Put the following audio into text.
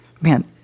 man